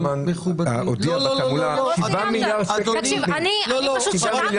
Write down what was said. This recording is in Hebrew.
אביגדור ליברמן הודיע שלחרדים ------ סליחה,